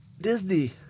Disney